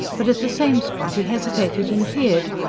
but at the same spot he hesitated, and peered.